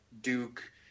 duke